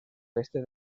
oeste